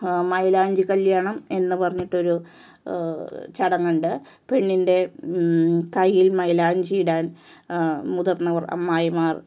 മൈലാഞ്ചി കല്യാണം എന്നു പറഞ്ഞിട്ട് ഒരു ചടങ്ങുണ്ട് പെണ്ണിൻ്റെ കൈയിൽ മൈലാഞ്ചി ഇടാൻ മുതിർന്നവർ അമ്മായിമാർ